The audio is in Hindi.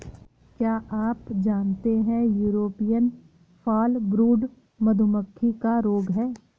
क्या आप जानते है यूरोपियन फॉलब्रूड मधुमक्खी का रोग है?